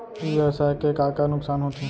ई व्यवसाय के का का नुक़सान होथे?